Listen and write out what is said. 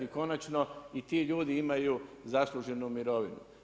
Konačno i ti ljudi imaju zasluženu mirovinu.